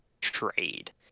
trade